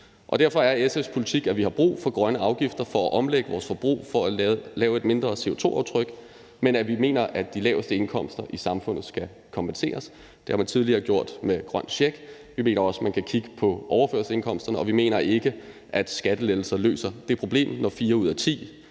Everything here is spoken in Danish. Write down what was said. Derfor er det SF's politik, at vi har brug for grønne afgifter for at omlægge vores forbrug og lave et mindre CO2-aftryk, men at vi mener, at de laveste indkomster i samfundet skal kompenseres. Det har man tidligere gjort med den grønne check, og vi mener også, man kan kigge på overførselsindkomsterne. Vi mener ikke, at skattelettelser løser det problem, når fire ud af ti